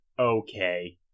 okay